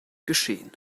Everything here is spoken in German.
geschehen